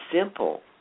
simple